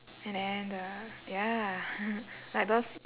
and then the ya like those